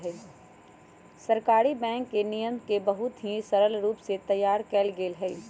सहकारी बैंक के नियम के बहुत ही सरल रूप से तैयार कइल गैले हई